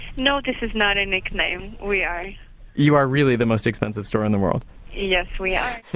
no, this is not a nickname. we are you are really the most expensive store in the world yes, we are